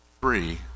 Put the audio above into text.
three